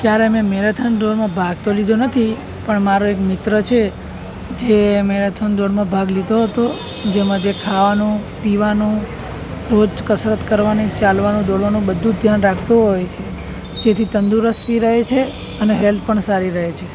ક્યારેય મેં મેરેથન દોડમાં ભાગ તો લીધો નથી પણ મારો એક મિત્ર છે જે એ મેરાથોન દોડમાં ભાગ લીધો હતો જેમાં તે ખાવાનું પીવાનું રોજ કસરત કરવાની ચાલવાનું દોડવાનું બધુ જ ધ્યાન રાખતો હોય છે તેથી તંદુરસ્તી રહે છે અને હેલ્થ પણ સારી રહે છે